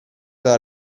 alla